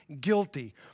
guilty